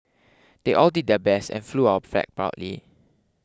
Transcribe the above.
they all did their best and flew our flag proudly